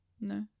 No